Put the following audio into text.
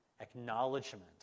Acknowledgement